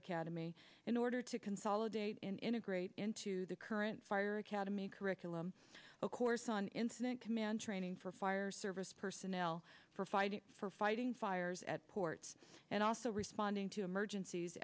academy in order to consolidate integrate into the current fire academy curriculum a course on incident command training for fire service personnel for fighting for fighting fires at ports and also responding to emergencies